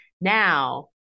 Now